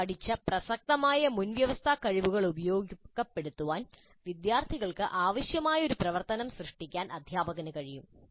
മുമ്പ് പഠിച്ച പ്രസക്തമായ മുൻവ്യവസ്ഥാ കഴിവുകൾ ഉപയോഗപ്പെടുത്താൻ വിദ്യാർത്ഥികൾക്ക് ആവശ്യമായ ഒരു പ്രവർത്തനം സൃഷ്ടിക്കാൻ അധ്യാപകന് കഴിയും